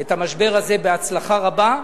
את המשבר הזה בהצלחה רבה,